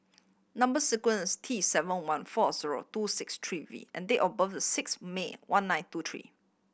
number sequence T seven one four zero two six three V and date of birth is six May one nine two three